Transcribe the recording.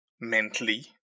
mentally